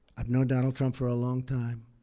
i've known donald trump for a long time,